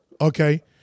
okay